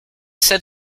said